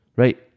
right